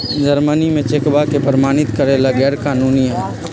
Germany में चेकवा के प्रमाणित करे ला गैर कानूनी हई